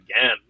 again